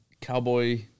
cowboy